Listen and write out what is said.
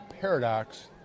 paradox